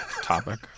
Topic